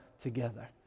together